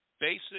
Basic